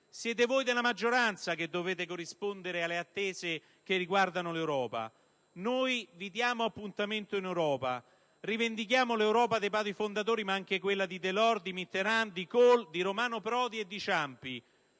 Siete voi della maggioranza che dovete corrispondere alle attese che riguardano l'Europa. Noi vi diamo appuntamento in Europa, rivendichiamo l'Europa dei padri fondatori, ma anche quella di Delors, di Mitterrand, di Kohl, di Romano Prodi e di Ciampi.